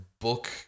book